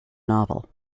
novel